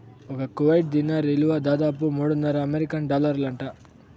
ఒక్క కువైట్ దీనార్ ఇలువ దాదాపు మూడున్నర అమెరికన్ డాలర్లంట